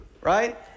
right